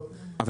אם